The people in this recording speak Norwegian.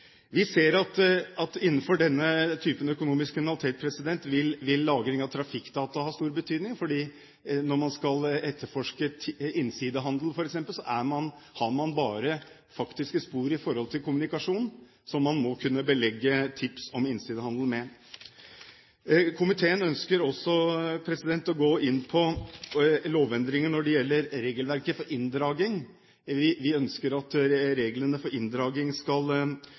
Vi ser at innenfor denne typen økonomisk kriminalitet vil lagring av trafikkdata ha stor betydning, for når man skal etterforske f.eks. innsidehandel, har man bare faktiske spor knyttet til kommunikasjon som man kan belegge tips om innsidehandel med. Komiteen ønsker også å gå inn på lovendringer når det gjelder regelverket for inndragning. Vi ønsker at reglene for inndragning skal